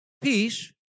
peace